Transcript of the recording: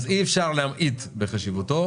אי אפשר להמעיט בחשיבותו.